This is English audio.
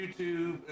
YouTube